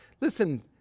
Listen